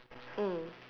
mm